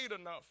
enough